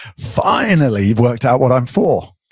finally, you've worked out what i'm for.